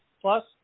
plus